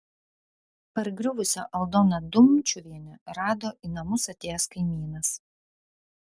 pargriuvusią aldoną dumčiuvienę rado į namus atėjęs kaimynas